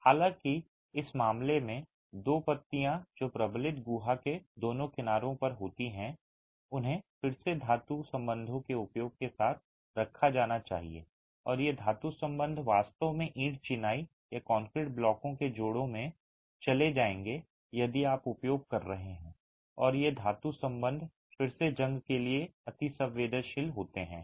हालांकि इस मामले में दो पत्तियां जो प्रबलित गुहा के दोनों किनारों पर होती हैं उन्हें फिर से धातु संबंधों के उपयोग के साथ रखा जाना चाहिए और ये धातु संबंध वास्तव में ईंट चिनाई या कंक्रीट ब्लॉकों के जोड़ों में चले जाएंगे यदि आप उपयोग कर रहे हैं और ये धातु संबंध फिर से जंग के लिए अतिसंवेदनशील होते हैं